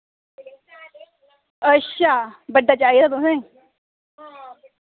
अच्छा बड्डा चाहिदा तुसें